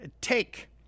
take